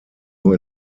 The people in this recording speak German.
nur